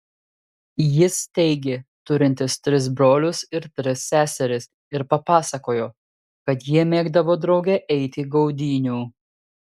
jis teigė turintis tris brolius ir tris seseris ir papasakojo kad jie mėgdavo drauge eiti gaudynių